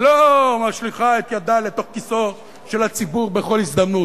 ולא משליכה את ידה לתוך כיסו של הציבור בכל הזדמנות,